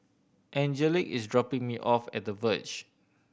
Angelic is dropping me off at The Verge